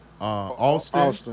Austin